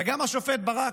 גם השופט ברק,